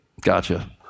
Gotcha